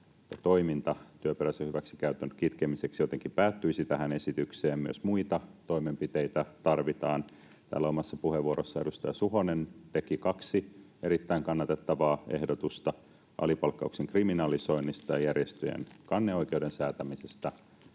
ja toiminta työperäisen hyväksikäytön kitkemiseksi jotenkin päättyisivät tähän esitykseen: myös muita toimenpiteitä tarvitaan. Täällä omassa puheenvuorossaan edustaja Suhonen teki kaksi erittäin kannatettavaa ehdotusta alipalkkauksen kriminalisoinnista ja järjestöjen kanneoikeuden säätämisestä.